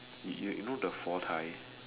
you you you know the four tie